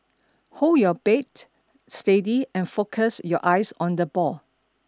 hold your bait steady and focus your eyes on the ball